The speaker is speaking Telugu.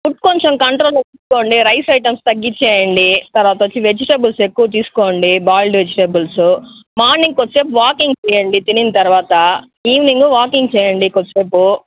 ఫుడ్ కొంచెం కంట్రోల్లో రైస్ ఐటమ్స్ తగ్గించెయ్యండి తర్వాత వచ్చి వెజిటబుల్స్ ఎక్కువ తీసుకోండి బాయిల్డ్ వెజిటబుల్సు మార్నింగ్ కొద్దిసేపు వాకింగ్ చెయ్యండి తినిన తర్వాత ఈవెనింగు వాకింగ్ చెయ్యండి కొద్దిసేపు